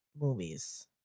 movies